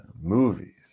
movies